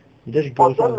just